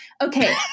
okay